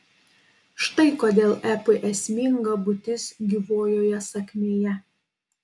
štai kodėl epui esminga būtis gyvojoje sakmėje